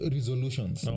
Resolutions